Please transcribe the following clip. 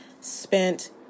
spent